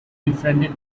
befriended